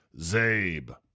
Zabe